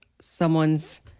someone's